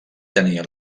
tenia